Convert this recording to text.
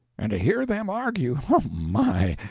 and to hear them argue oh, my!